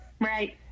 Right